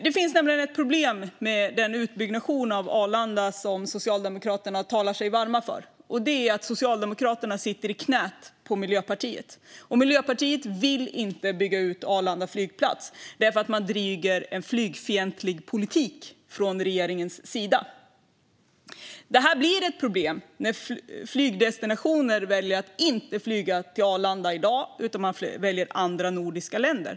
Det finns nämligen ett problem med den utbyggnad av Arlanda som Socialdemokraterna talar sig varma för, och det är att Socialdemokraterna sitter i knät på Miljöpartiet. Och Miljöpartiet vill inte bygga ut Arlanda flygplats eftersom man driver en flygfientlig politik från regeringens sida. Detta blir ett problem när man väljer att inte flyga från en del platser till Arlanda i dag, utan man väljer andra nordiska länder.